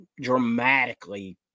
dramatically